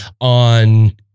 on